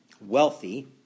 wealthy